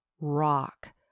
Rock